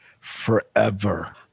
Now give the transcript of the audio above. forever